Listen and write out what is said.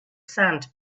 sand